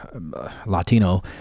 Latino